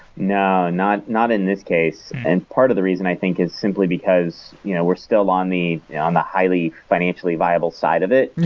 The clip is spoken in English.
no, not not in this case. and part of the reason, i think, is simply because you know we're still on the on the highly financially viable side of it.